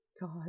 God